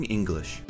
English